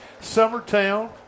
Summertown